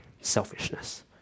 selfishness